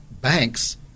banks